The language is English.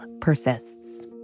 persists